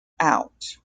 out